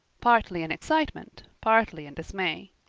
partly in excitement, partly in dismay.